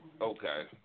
Okay